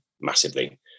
massively